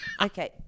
Okay